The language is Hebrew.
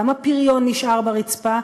גם הפריון נשאר ברצפה,